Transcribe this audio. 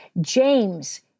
James